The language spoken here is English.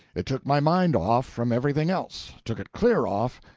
it took my mind off from everything else took it clear off,